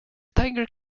tiger